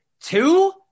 two